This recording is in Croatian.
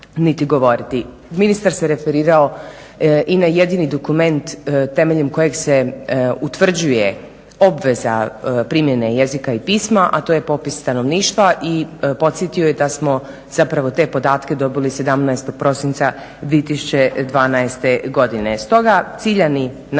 Ministar se referirao i na jedini dokument temeljem kojeg se utvrđuje obveza primjene jezika i pisma, a to je popis stanovništva i podsjetio je da smo zapravo te podatke dobili 17. prosinca 2012. godine.